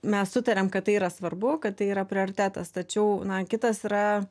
mes sutariam kad tai yra svarbu kad tai yra prioritetas tačiau na kitas yra